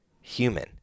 Human